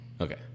Okay